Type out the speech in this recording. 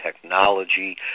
technology